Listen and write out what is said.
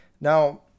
Now